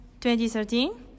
2013